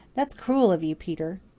that's cruel of you, peter.